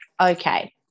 okay